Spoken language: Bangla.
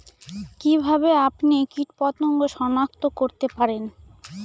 কিভাবে আপনি কীটপতঙ্গ সনাক্ত করতে পারেন?